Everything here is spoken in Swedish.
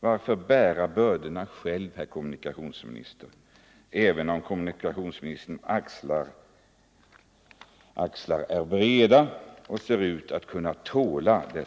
Varför bära bördorna själv — även om kommunikationsministerns axlar är breda och ser ut att kunna tåla dem?